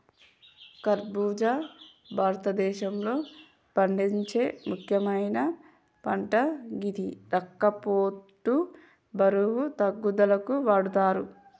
ఖర్బుజా భారతదేశంలో పండించే ముక్యమైన పంట గిది రక్తపోటు, బరువు తగ్గుదలకు వాడతరు